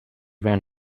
ran